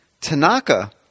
Tanaka